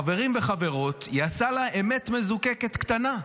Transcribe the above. חברים וחברות, יצאה לה אמת מזוקקת קטנה: